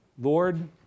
Lord